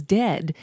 dead